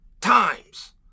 times